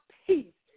peace